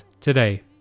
today